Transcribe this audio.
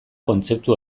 kontzeptu